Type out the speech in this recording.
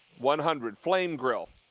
one hundred. flame grill,